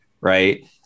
Right